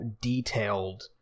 detailed